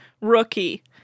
rookie